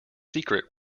secret